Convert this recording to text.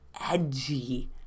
edgy